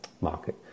market